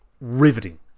Riveting